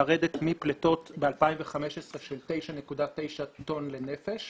אבל בעצם אנחנו הצלחנו לרדת מפליטות ב-2015 של 9.9 טון לנפש